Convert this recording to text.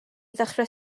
ddechrau